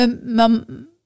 Mum